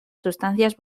sustancias